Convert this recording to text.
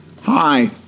Hi